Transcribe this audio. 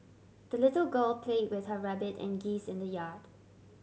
the little girl play with her rabbit and geese in the yard